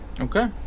Okay